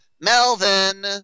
Melvin